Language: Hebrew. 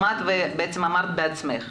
שמעת ואמרת בעצמך,